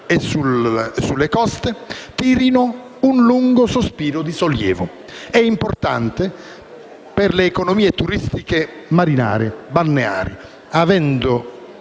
e sulle coste tirino un lungo sospiro di sollievo. È importante per le economie turistiche marinare balneari avere